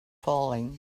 falling